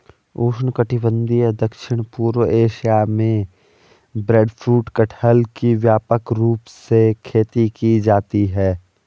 उष्णकटिबंधीय दक्षिण पूर्व एशिया में ब्रेडफ्रूट कटहल की व्यापक रूप से खेती की जाती है